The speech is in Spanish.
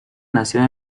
nació